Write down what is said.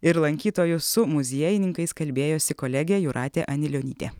ir lankytojus su muziejininkais kalbėjosi kolegė jūratė anilionytė